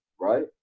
right